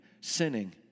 sinning